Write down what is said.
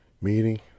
meeting